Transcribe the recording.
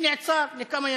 הוא נעצר לכמה ימים.